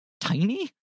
tiny